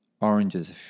Oranges